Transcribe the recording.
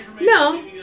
No